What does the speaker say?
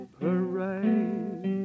parade